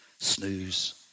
snooze